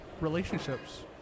relationships